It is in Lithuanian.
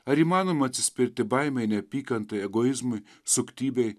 ar įmanoma atsispirti baimei neapykantai egoizmui suktybei